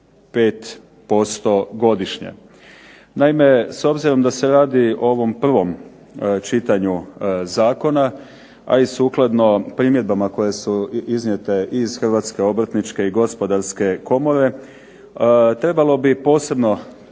1,5% godišnje. Naime, s obzirom da se radi o ovom prvom čitanju zakona, a i sukladno primjedbama koje su iznijete iz Hrvatske obrtničke i gospodarske komore trebalo bi posebno